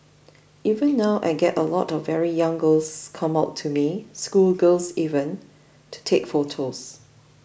even now I get a lot of very young girls come up to me schoolgirls even to take photos